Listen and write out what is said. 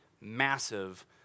massive